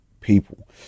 people